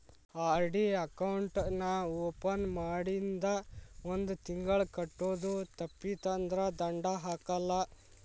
RD account ನಾ open ಮಾಡಿಂದ ಒಂದ್ ತಿಂಗಳ ಕಟ್ಟೋದು ತಪ್ಪಿತಂದ್ರ ದಂಡಾ ಹಾಕಲ್ಲ